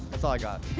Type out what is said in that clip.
that's all i got.